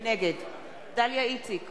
נגד דליה איציק,